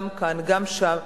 גם כאן וגם שם,